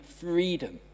freedom